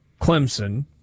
Clemson